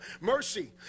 mercy